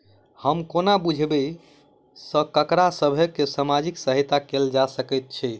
हम कोना बुझबै सँ ककरा सभ केँ सामाजिक सहायता कैल जा सकैत छै?